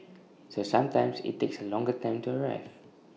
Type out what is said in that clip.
so sometimes IT takes A longer time to arrive